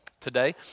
today